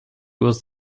was